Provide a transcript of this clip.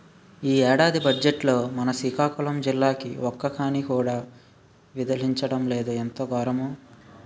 ఈ ఏడాది బజ్జెట్లో మన సికాకులం జిల్లాకి ఒక్క కానీ కూడా విదిలించలేదు ఎంత గోరము